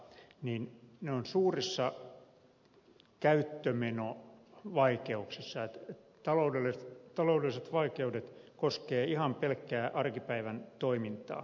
ne ovat suurissa käyttömenovaikeuksissa ja taloudelliset vaikeudet koskevat ihan pelkkää arkipäivän toimintaa